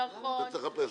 נכון.